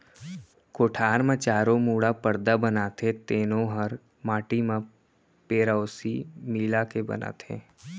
कोठार म चारों मुड़ा परदा बनाथे तेनो हर माटी म पेरौसी मिला के बनाथें